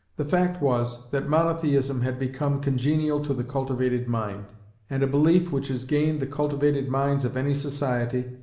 the fact was, that monotheism had become congenial to the cultivated mind and a belief which has gained the cultivated minds of any society,